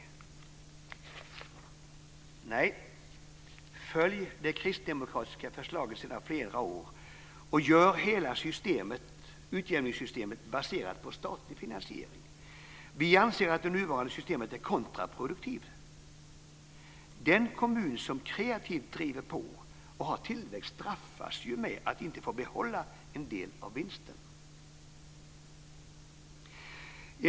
Nej, följ det kristdemokratiska förslaget sedan flera år och gör hela utjämningssystemet baserat på statlig finansiering. Vi anser att det nuvarande systemet är kontraproduktivt. Den kommun som kreativt driver på och har tillväxt straffas ju med att inte få behålla en del av "vinsten"!